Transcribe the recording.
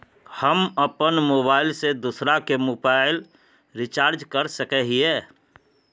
हम अपन मोबाईल से दूसरा के मोबाईल रिचार्ज कर सके हिये?